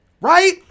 right